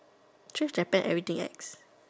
choose Japan everything ex